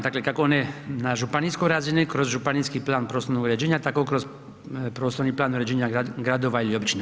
Dakle, kako one na županijskoj razini kroz županijski plan prostornog uređenja tako kroz prostorni plan uređenja gradova i općina.